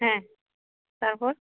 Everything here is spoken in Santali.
ᱦᱮᱸ ᱛᱟᱨᱯᱚᱨ